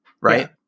right